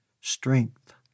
Strength